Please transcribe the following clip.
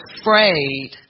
afraid